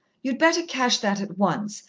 you'd better cash that at once,